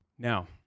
Now